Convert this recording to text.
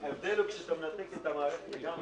ההבדל הוא, כשאתה מנתק את המערכת לגמרי